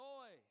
Joy